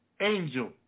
angel